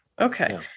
Okay